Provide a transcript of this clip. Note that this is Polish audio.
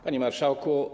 Panie Marszałku!